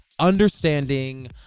Understanding